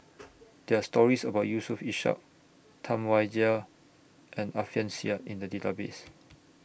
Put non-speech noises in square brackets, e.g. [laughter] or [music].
[noise] There Are stories about Yusof Ishak Tam Wai Jia and Alfian Sa'at in The Database